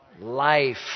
life